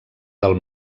del